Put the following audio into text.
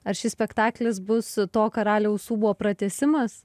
ar šis spektaklis bus to karaliaus ūbo pratęsimas